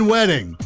Wedding